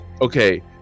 okay